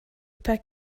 pas